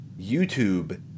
YouTube